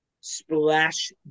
Splash